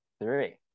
three